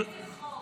איזה חוק?